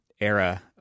era